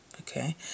okay